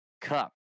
cup